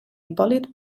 hipòlit